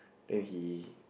then he